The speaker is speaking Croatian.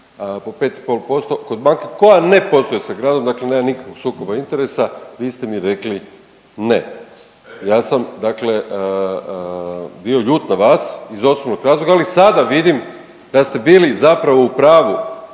po 5,5% kod banke koja ne posluje sa gradom, dakle nemam nikakvog sukoba interesa, vi ste mi rekli ne. Ja sam bio, dakle ljut na vas iz osnovnog razloga, ali sada vidim da ste bili zapravo u pravu.